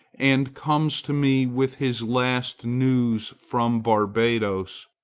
and comes to me with his last news from barbadoes,